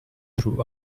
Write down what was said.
through